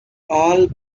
all